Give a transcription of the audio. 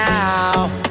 now